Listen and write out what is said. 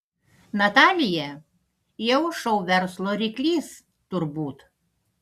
natalija jau šou verslo ryklys turbūt